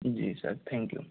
ji sir thank you